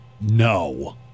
No